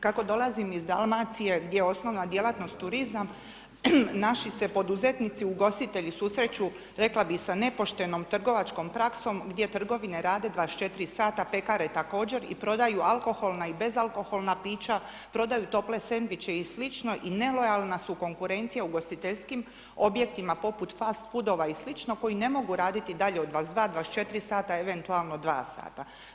Kako dolazim iz Dalmacije, gdje je osnovna djelatnost turizam, naši se poduzetnici i ugostitelji susreću, rekla bi sa nepoštenom trgovačkom praksom gdje trgovine rade 24 sata, pekare također, i prodaju alkoholna i bezalkoholna pića, prodaju tople sendviče i slično, i nelojalna su konkurencija ugostiteljskim objektima poput fast foodova i slično, koji ne mogu raditi dalje od 22-24 sata, eventualno dva sata.